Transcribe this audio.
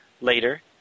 Later